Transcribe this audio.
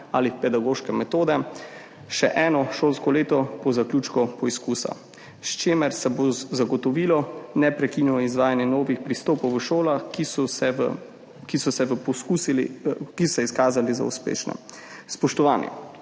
ali pedagoške metode še eno šolsko leto po zaključku poizkusa, s čimer se bo zagotovilo neprekinjeno izvajanje novih pristopov v šolah, ki so se v, ki so se v poskusih, ki so se izkazali za uspešne. Spoštovani.